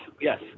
yes